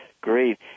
Great